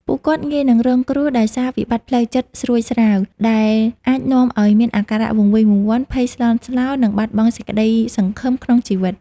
ពួកគាត់ងាយនឹងរងគ្រោះដោយសារ វិបត្តិផ្លូវចិត្តស្រួចស្រាវ ដែលអាចនាំឱ្យមានអាការៈវង្វេងវង្វាន់ ភ័យស្លន់ស្លោ និងបាត់បង់សេចក្តីសង្ឃឹមក្នុងជីវិត។